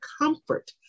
comfort